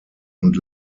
und